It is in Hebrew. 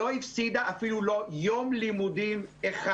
שלא הפסידה אפילו לא יום לימודים אחד.